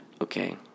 okay